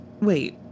Wait